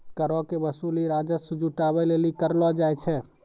करो के वसूली राजस्व जुटाबै लेली करलो जाय छै